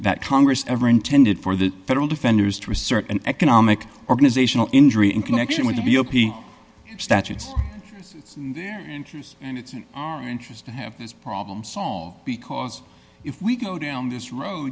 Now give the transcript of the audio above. that congress ever intended for the federal defenders to assert an economic organizational injury in connection with the b o p statutes and their interests and it's in our interest to have this problem solved because if we go down this road